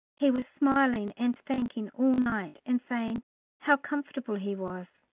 he was smiling and thanking all night, and saying how comfortable he was.